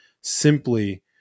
simply